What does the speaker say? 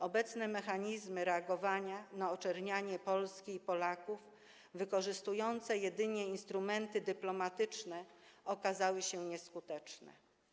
Obecne mechanizmy reagowania na oczernianie Polski i Polaków wykorzystujące jedynie instrumenty dyplomatyczne okazały się nieskuteczne.